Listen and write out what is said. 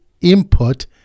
input